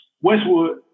Westwood